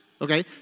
Okay